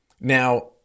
Now